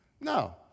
No